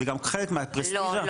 לא, לא